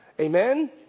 Amen